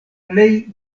plej